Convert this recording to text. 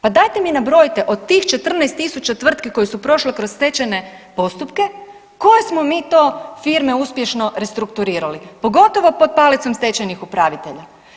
Pa dajte mi nabrojite od tih 14.000 tvrtki koje su prošle kroz stečajne postupke koje smo mi to firme uspješno restrukturirali, pogotovo pod palicom stečajnih upravitelja?